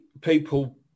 people